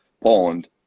Poland